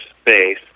space